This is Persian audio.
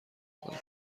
کنم